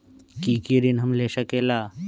की की ऋण हम ले सकेला?